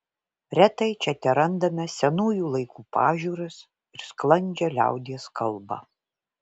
retai čia terandame senųjų laikų pažiūras ir sklandžią liaudies kalbą